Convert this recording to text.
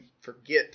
forget